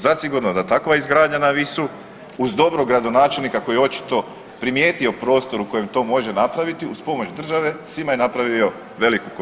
Zasigurno da takva izgradnja na Visu uz dobrog gradonačelnika koji je očito primijetio prostor u kojem to može napraviti, uz pomoć države, svima je napravio veliku korist.